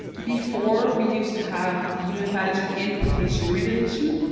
before we used to have the human pathogen importation regulation,